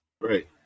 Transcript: Right